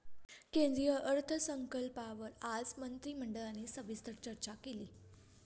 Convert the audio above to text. केंद्रीय अर्थसंकल्पावर आज मंत्रिमंडळाने सविस्तर चर्चा केली